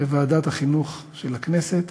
בוועדת החינוך של הכנסת,